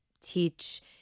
teach –